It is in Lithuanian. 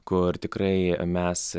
kur tikrai mes